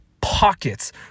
pockets